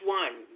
one